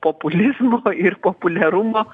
populizmo ir populiarumo